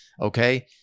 Okay